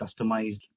customized